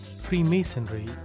Freemasonry